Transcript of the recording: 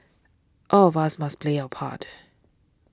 all of us must play our part